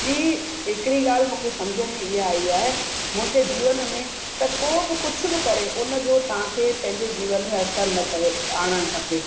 ॿी हिकिड़ी ॻाल्हि मूंखे सम्झ में इहा आई आहे मूंखे जीवन में त को बि कुझु बि करे उन जो तव्हांखे पंहिंजे जीवन में असरु न करे आणणु खपे